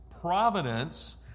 providence